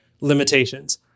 limitations